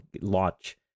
launch